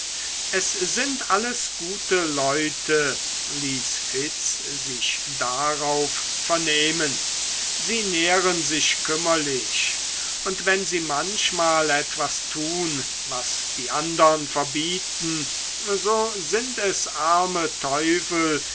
es sind alles gute leute ließ fitz sich darauf vernehmen sie nähren sich kümmerlich und wenn sie manchmal etwas tun was die andern verbieten so sind es arme teufel